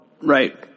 right